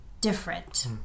different